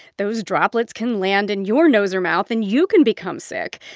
those droplets can land in your nose or mouth and you can become sick.